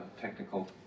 technical